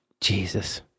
Jesus